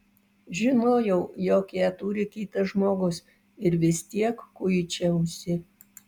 žinojau jog ją turi kitas žmogus ir vis tiek kuičiausi